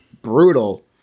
brutal